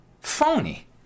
Phony